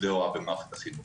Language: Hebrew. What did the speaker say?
עובדי הוראה במערכת החינוך.